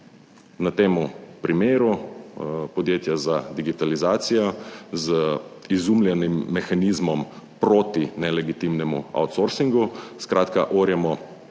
Na tem primeru podjetja za digitalizacijo z izumljenim mehanizmom proti nelegitimnemu outsoursingu, skratka, orjemo